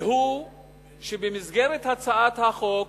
והוא שבמסגרת הצעת החוק,